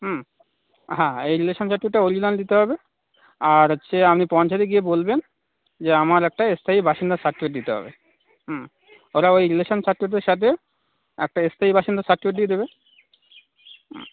হুম হ্যাঁ এই রিলেশান সার্টিফিকেটটা ওরিজিনাল দিতে হবে আর হচ্ছে আপনি পঞ্চায়েতে গিয়ে বলবেন যে আমার একটা স্থায়ী বাসিন্দার সার্টিফিকেট দিতে হবে হুম ওটা ওই রিলেশান সার্টিফিকেটের সাথে একটা স্থায়ী বাসিন্দার সার্টিফিকেট দিয়ে দেবে